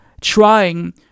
trying